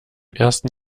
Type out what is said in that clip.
ersten